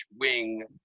wing